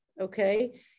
okay